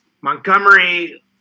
Montgomery